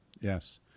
Yes